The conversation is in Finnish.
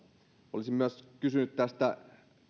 olisin myös kysynyt näistä